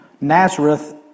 Nazareth